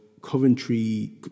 Coventry